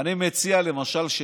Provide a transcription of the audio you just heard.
מציע לך,